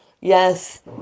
Yes